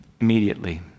immediately